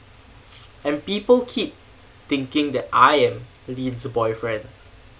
and people keep thinking that I am lynn's boyfriend